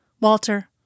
Walter